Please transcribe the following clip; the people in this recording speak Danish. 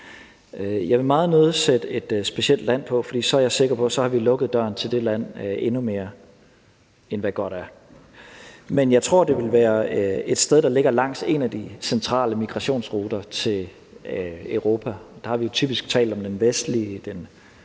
Jeg vil meget nødig nævne et specielt land, for så er jeg sikker på, at vi har lukket døren til det land endnu mere, end hvad godt er, men jeg tror, det vil være et sted, der ligger langs en af de centrale migrationsruter til Europa – vi har typisk talt om den vestlige,